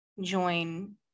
join